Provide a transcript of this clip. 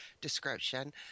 description